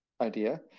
idea